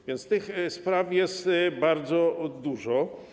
A więc tych spraw jest bardzo dużo.